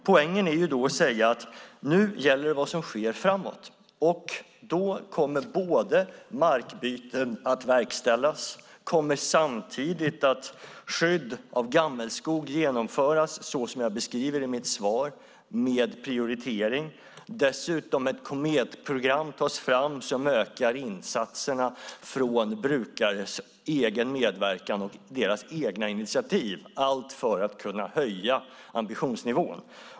Poängen är att säga att det nu är vad som sker framåt som gäller. Markbyten kommer att verkställas. Samtidigt kommer skydd av gammelskog att genomföras så som jag beskriver i mitt svar, med prioritering. Dessutom tas ett Kometprogram fram som ökar insatserna från brukares egen medverkan och deras egna initiativ, allt för att kunna höja ambitionsnivån.